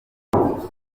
atageramo